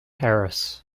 harris